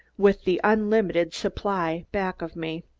with the unlimited supply back of me.